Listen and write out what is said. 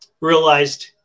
realized